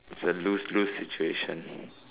it's a lose lose situation